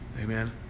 Amen